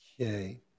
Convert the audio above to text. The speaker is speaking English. Okay